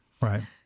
Right